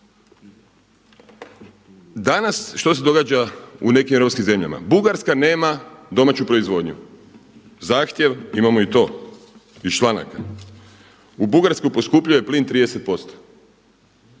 Danas što se događa u nekim europskim zemljama? Bugarska nema domaću proizvodnju, zahtjev imamo i to iz članaka u Bugarskoj poskupljuje plin 30%,